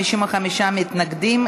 55 מתנגדים.